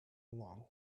along